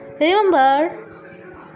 Remember